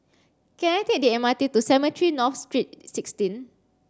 can I take the M R T to Cemetry North Street sixteen